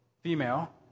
female